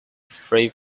free